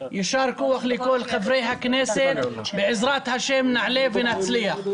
יישר כוח לכל חברי הכנסת, בעזרת ה' נעשה ונצליח.